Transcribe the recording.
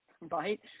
right